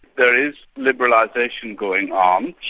there is liberalisation going on.